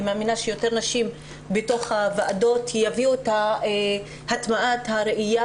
אני מאמינה שיותר נשים בתוך הוועדות יביאו את הטמעת הראייה